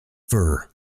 fur